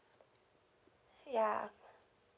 ya